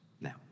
Now